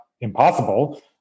impossible